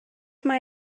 mae